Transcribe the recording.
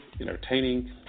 entertaining